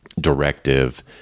directive